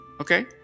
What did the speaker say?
Okay